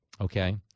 Okay